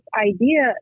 idea